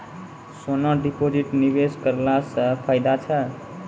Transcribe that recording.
सोना deposit निवेश करला से फैदा छै?